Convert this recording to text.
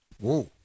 Whoa